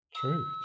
True